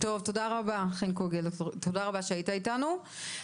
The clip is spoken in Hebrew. תודה רבה, חן קוגל, שהיית אתנו.